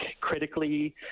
critically